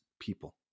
people